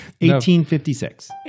1856